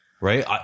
Right